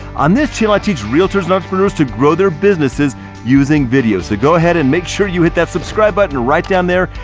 on this channel, i teach realtors and entrepreneurs to grow their businesses using videos, so go ahead and make sure you hit that subscribe button right down there,